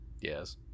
Yes